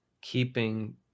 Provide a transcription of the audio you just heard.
keeping